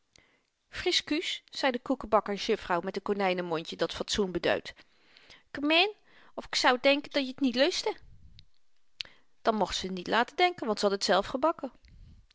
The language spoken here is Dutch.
friskuus zei de koekbakkersjuffrouw met n konynenmondje dat fatsoen beduidt kemän of k sou denke dâ je t niet lustte dat mocht ze niet laten denken want ze had t zelf gebakken